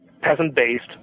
peasant-based